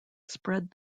spread